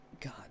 God